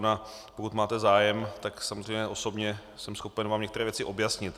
A pokud máte zájem, tak samozřejmě osobně jsem schopen vám některé věci objasnit.